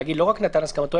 להגיד: לא רק נתן את הסכמתו,